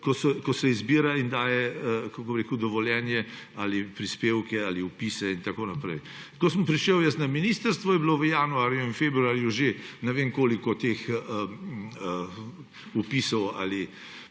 ko se izbira in daje dovoljenja ali prispevke ali vpise in tako naprej. Ko sem prišel jaz na ministrstvo, je bilo v januarju in februarju ne vem koliko teh vpisov ali